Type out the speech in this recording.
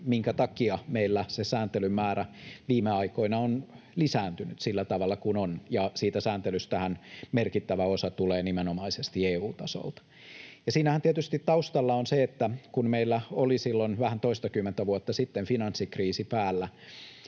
minkä takia meillä sääntelyn määrä viime aikoina on lisääntynyt sillä tavalla kuin on, ja siitä sääntelystähän merkittävä osa tulee nimenomaisesti EU-tasolta. Siinähän taustalla on tietysti se, että kun meillä oli silloin vähän toistakymmentä vuotta sitten finanssikriisi päällä,